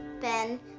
Ben